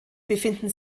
befinden